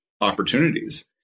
opportunities